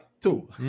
two